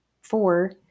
four